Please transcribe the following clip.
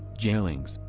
jailings,